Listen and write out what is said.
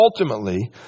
ultimately